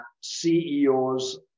CEOs